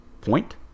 point